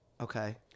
Okay